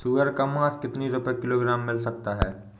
सुअर का मांस कितनी रुपय किलोग्राम मिल सकता है?